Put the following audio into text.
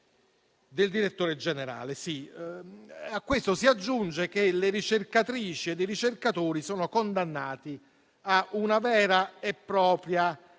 del direttore generale. A questo si aggiunge che le ricercatrici ed i ricercatori sono condannati a una vera e propria